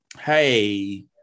hey